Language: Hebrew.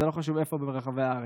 זה לא חשוב איפה ברחבי הארץ.